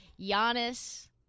Giannis